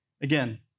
again